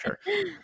sure